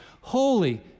holy